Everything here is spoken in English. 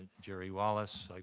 jerry wallace, like